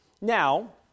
Now